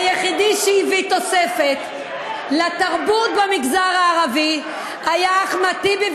היחידי שהביא תוספת לתרבות במגזר הערבי היה אחמד טיבי,